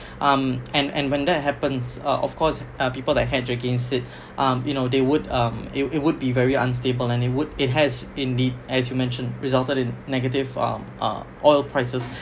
um and and when that happens uh of course uh people that hedge against it um you know they would um it it would be very unstable and it would it has indeed as you mention resulted in negative um um oil prices